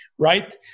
Right